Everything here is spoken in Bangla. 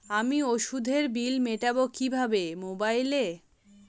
আমি ওষুধের বিল মেটাব কিভাবে মোবাইলে?